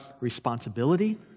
responsibility